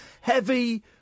heavy